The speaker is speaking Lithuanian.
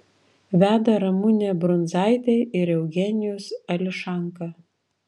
veda ramunė brundzaitė ir eugenijus ališanka